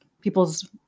people's